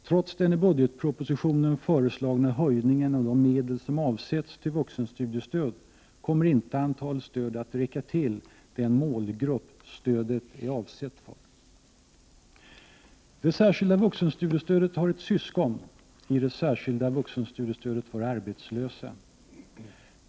Trots den i budgetpropositionen föreslagna höjningen av de medel som avsätts till vuxenstudiestöd kommer inte antalet stöd att räcka till den målgrupp som stödet är avsett för. Det särskilda vuxenstudiestödet har ett syskon i det särskilda vuxenstudiestödet för arbetslösa.